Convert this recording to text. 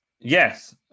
yes